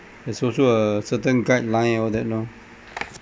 there's also a certain guideline all that lor